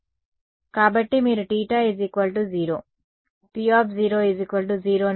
కాబట్టి మీరు θ 0 P 0 నుండి ప్రారంభించండి